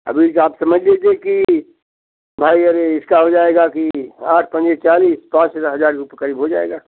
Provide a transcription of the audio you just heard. अभी जो आप समझ लीजिए कि भई अरे इसका हो जाएगा कि आठ पंचे चालीस पाँच हजार रुपए के करीब हो जाएगा